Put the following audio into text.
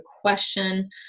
question